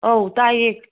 ꯑꯧ ꯇꯥꯏꯌꯦ